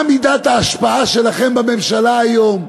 מה מידת ההשפעה שלכם בממשלה היום?